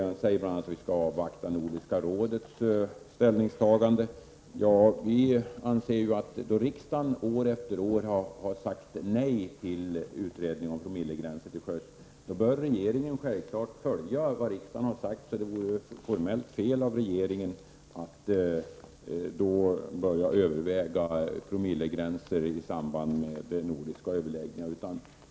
Han säger bl.a. att vi skall avvakta Nordiska rådets ställningstagande. Vi anser att regeringen självfallet bör följa vad riksdagen uttalat, då riksdagen år efter år har sagt nej till en utredning om promillegränser till sjöss. Det vore formellt fel av regeringen att då börja överväga promillegränser i samband med nordiska överläggningar.